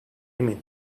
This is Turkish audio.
emin